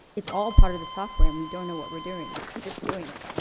it's all part of the software, and we don't know what we're doing, we're just doing it.